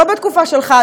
לא בתקופה שלך,